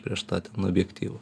prieš tą ten objektyvą